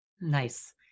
Nice